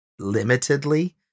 limitedly